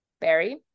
Barry